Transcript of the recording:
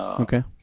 okay.